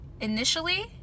initially